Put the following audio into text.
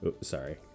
sorry